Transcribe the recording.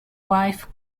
wife